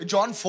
John